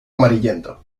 amarillento